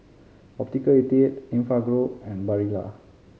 Optical eighty eight Enfagrow and Barilla